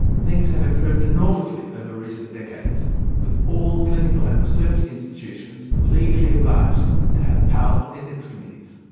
things have improved enormously over recent decades with all clinical and research institutions legally obliged to have powerful ethics committees.